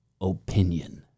opinion